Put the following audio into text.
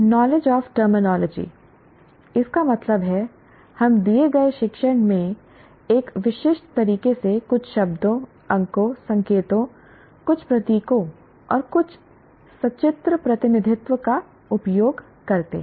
knowledge of terminology इसका मतलब है हम दिए गए शिक्षण में एक विशिष्ट तरीके से कुछ शब्दों अंकों संकेतों कुछ प्रतीकों और कुछ सचित्र प्रतिनिधित्व का उपयोग करते हैं